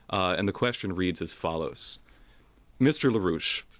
and the question reads as follows mr. larouche,